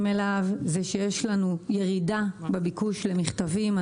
לו זה שיש לנו ירידה בביקוש למכתבים.